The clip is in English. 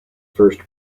first